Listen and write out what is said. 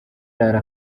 arara